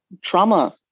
trauma